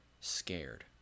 scared